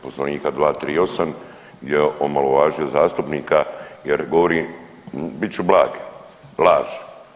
Poslovnika 238, gdje je omalovažio zastupnika jer govori, bit ću blag, laž.